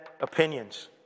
opinions